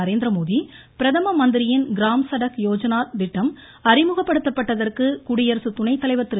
நரேந்திரமோடி பிரதம மந்திரியின் கிராம் ஸடக் யோஜனா திட்டம் அறிமுகப்படுத்தப்பட்டதற்கு குடியரசு துணை தலைவர் திரு